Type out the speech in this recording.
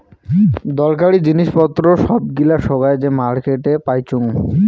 দরকারী জিনিস পত্র সব গিলা সোগায় যে মার্কেটে পাইচুঙ